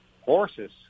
Horses